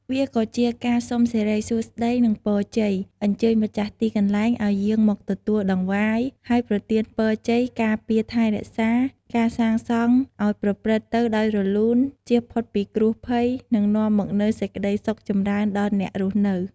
វាក៏ជាកាសុំសិរីសួស្តី និងពរជ័យ អញ្ជើញម្ចាស់ទីកន្លែងឲ្យយាងមកទទួលតង្វាយ ហើយប្រទានពរជ័យ ការពារថែរក្សា ការសាងសង់ឲ្យប្រព្រឹត្តទៅដោយរលូន ជៀសផុតពីគ្រោះភ័យ និងនាំមកនូវសេចក្តីសុខចម្រើនដល់អ្នករស់នៅ។